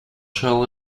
shall